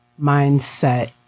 mindset